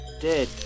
dead